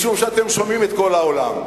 משום שאתם שומעים את כל העולם.